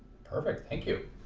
perfect thank you ah